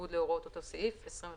בניגוד להוראות אותו סעיף,25,000.